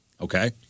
Okay